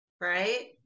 right